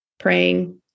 Praying